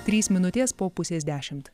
trys minutės po pusės dešimt